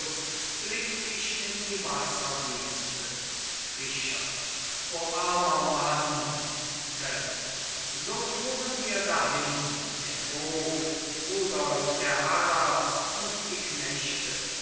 blickt ich in die wasserwüste fischer o armer mann tell so fuhren wir dahin der vogt rudolf der harras und die knechte